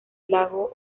lago